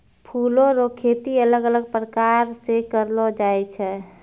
फूलो रो खेती अलग अलग प्रकार से करलो जाय छै